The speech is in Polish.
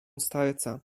starca